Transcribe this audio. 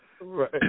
right